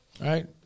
Right